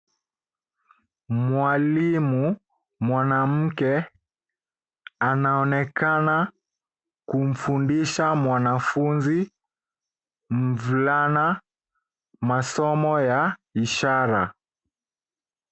Mwalimu mwanamke anaonekana kumfundisha mwanafunzi mvulana masomo ya ishara.